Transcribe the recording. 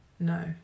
No